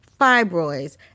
fibroids